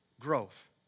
growth